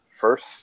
first